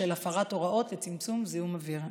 בשל הפרת הוראות לצמצום זיהום אוויר.